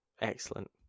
Excellent